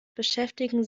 beschäftigen